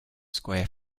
square